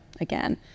again